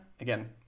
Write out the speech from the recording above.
Again